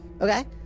Okay